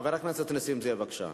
חבר הכנסת נסים זאב, בבקשה.